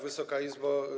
Wysoka Izbo!